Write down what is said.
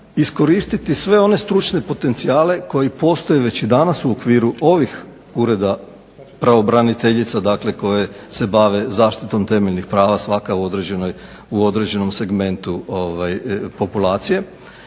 iskoristiti sve one stručne potencijale koji postoje danas već u okviru ovih ureda pravobraniteljica koje se bave zaštitom temeljnih prava svaka u određenom segmentu populacije.